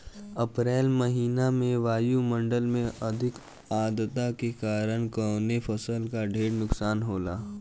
अप्रैल महिना में वायु मंडल में अधिक आद्रता के कारण कवने फसल क ढेर नुकसान होला?